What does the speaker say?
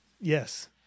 Yes